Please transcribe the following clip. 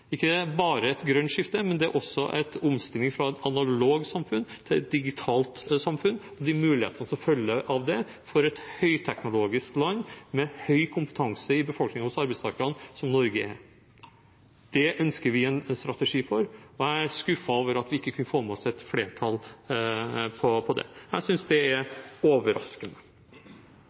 ikke bare et grønt skifte, men det er også en omstilling fra et analogt samfunn til et digitalt samfunn og de mulighetene som følger av det for et høyteknologisk land som Norge er, med høy kompetanse i befolkningen hos arbeidstakerne. Det ønsker vi en strategi for, og jeg er skuffet over at vi ikke kunne få med oss et flertall på det. Jeg synes det er overraskende.